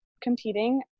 competing